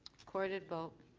recorded vote.